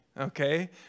Okay